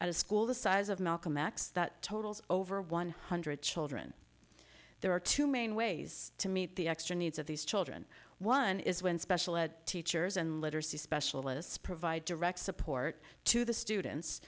a school the size of malcolm x that totals over one hundred children there are two main ways to meet the extra needs of these children one is when special ed teachers and literacy specialists provide direct support to the students